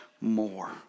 more